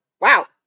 wow